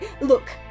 Look